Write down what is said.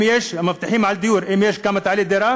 הם מבטיחים דיור, האם יש הערכה כמה תעלה דירה?